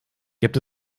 gibt